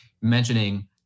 mentioning